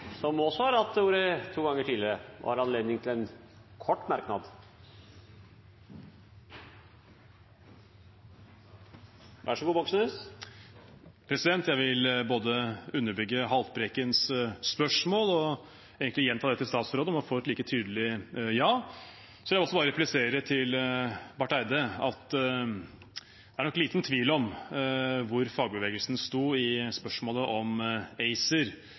har hatt ordet to ganger tidligere og får ordet til en kort merknad, begrenset til 1 minutt. Jeg vil både underbygge Haltbrekkens spørsmål og egentlig gjenta det til statsråden: å få et like tydelig ja. Så vil jeg replisere til Barth Eide at det nok er liten tvil om hvor fagbevegelsen sto i spørsmålet om ACER.